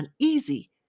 uneasy